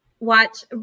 watch